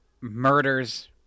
murders